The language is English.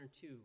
two